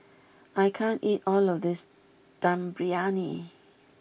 I can't eat all of this Dum Briyani